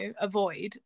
avoid